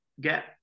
get